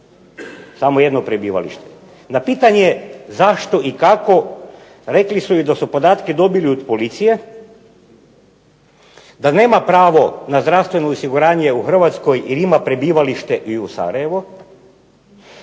samo jedno prebivalište. Na pitanje zašto i kako rekli su joj da su podatke dobili od policije, da nema pravo na zdravstveno osiguranje u Hrvatskoj jer ima prebivalište i u Sarajevu,